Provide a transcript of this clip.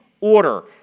order